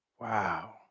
Wow